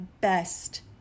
best